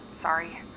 Sorry